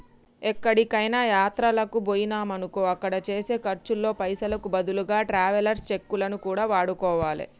ఎక్కడికైనా యాత్రలకు బొయ్యినమనుకో అక్కడ చేసే ఖర్చుల్లో పైసలకు బదులుగా ట్రావెలర్స్ చెక్కులను కూడా వాడుకోవాలే